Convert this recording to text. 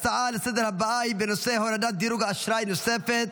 נעבור להצעה לסדר-היום בנושא: הורדת דירוג אשראי נוספת.